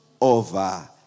over